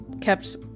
kept